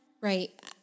Right